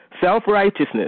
Self-righteousness